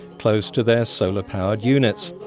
close to their solar-powered units.